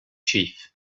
chief